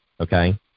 okay